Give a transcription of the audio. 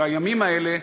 והימים האלה,